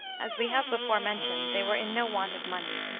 as we have before mentioned, they were in no want of money.